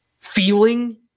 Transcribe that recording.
feeling